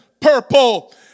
purple